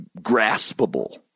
graspable